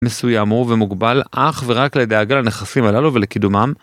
מסוים הוא ומוגבל אך ורק לדאגה לנכסים הללו ולקידומם